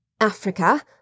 Africa